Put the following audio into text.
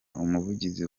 umuvugizi